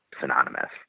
synonymous